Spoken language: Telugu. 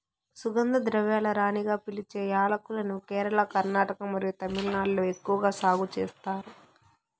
సుగంధ ద్రవ్యాల రాణిగా పిలిచే యాలక్కులను కేరళ, కర్ణాటక మరియు తమిళనాడులో ఎక్కువగా సాగు చేస్తారు